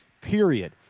period